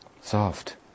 soft